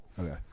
Okay